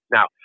Now